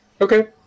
Okay